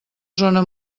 zona